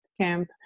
camp